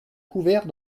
couvert